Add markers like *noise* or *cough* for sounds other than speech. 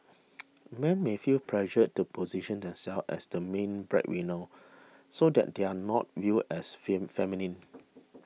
*noise* men may feel pressured to position themselves as the main breadwinner so that they are not viewed as fin feminine